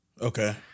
Okay